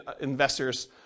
investors